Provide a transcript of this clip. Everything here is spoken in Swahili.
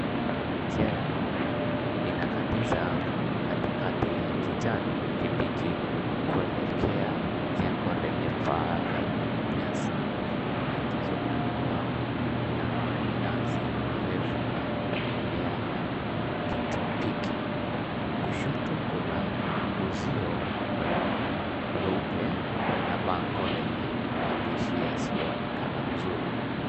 Njia ya mawe inakatiza katikati ya kijani kibichi, kuelekea jengo lenye paa la nyasi, likizungukwa na minazi refu na mimea ya kitropiki. Kushoto kuna uzio mweupe mweupe na bango lenye maandishi yasiyoonekana vizuri.